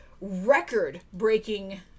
record-breaking